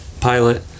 pilot